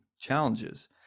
challenges